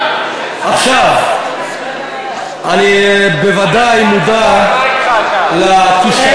אני בוודאי מודע לכישלון, מה אתך, אתה?